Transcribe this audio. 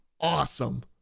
awesome